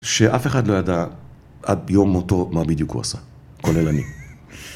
שאף אחד לא ידע, עד יום מותו מה בדיוק הוא עשה, כולל אני.